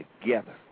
together